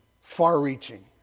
far-reaching